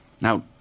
now